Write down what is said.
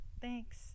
Thanks